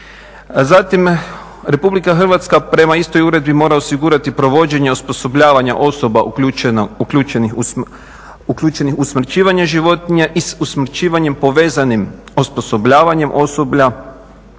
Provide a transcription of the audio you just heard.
Zatim Republika Hrvatska prema istoj uredbi mora osigurati provođenje osposobljavanja osoba uključenih u usmrćivanje životinja i s usmrćivanjem povezanim osposobljavanjem osoblja,